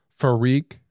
Farik